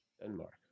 Denmark